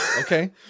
Okay